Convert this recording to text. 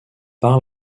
par